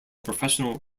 professional